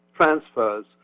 transfers